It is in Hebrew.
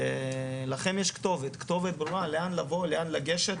שיש לכם כתובת, כתובת ברורה לאן לבוא, לאן לגשת.